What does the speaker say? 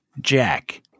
Jack